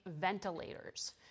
ventilators